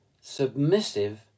submissive